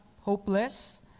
hopeless